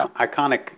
iconic